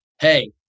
Hey